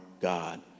God